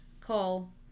call